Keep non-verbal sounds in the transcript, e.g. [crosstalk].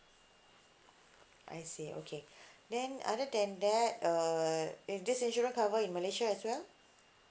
I see okay [breath] then other than that err if this insurance cover in malaysia as well